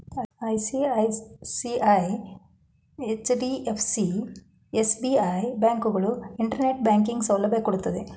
ICICI, HDFC, SBI, ಬ್ಯಾಂಕುಗಳು internet banking ಸೌಲಭ್ಯ ಕೊಡ್ತಿದ್ದೆ